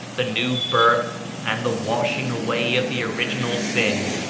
the new birth, and the washing away of the original sin.